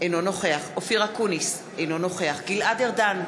אינו נוכח אופיר אקוניס, אינו נוכח גלעד ארדן,